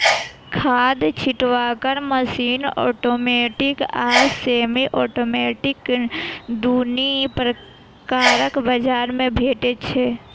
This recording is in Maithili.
खाद छिटबाक मशीन औटोमेटिक आ सेमी औटोमेटिक दुनू प्रकारक बजार मे भेटै छै